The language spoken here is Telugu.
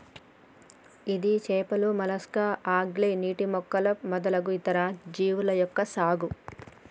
ఇది చేపలు, మొలస్కా, ఆల్గే, నీటి మొక్కలు మొదలగు ఇతర జీవుల యొక్క సాగు